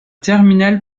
terminal